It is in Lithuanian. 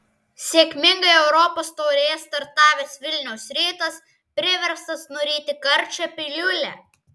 sėkmingai europos taurėje startavęs vilniaus rytas priverstas nuryti karčią piliulę